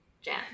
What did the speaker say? Jam